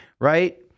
right